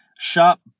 Shop